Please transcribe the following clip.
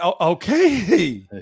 Okay